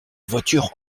voiture